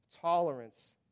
tolerance